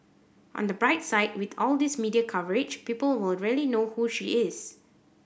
on the bright side with all these media coverage people will really know who she is